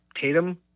Tatum